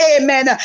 amen